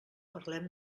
parlem